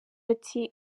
ati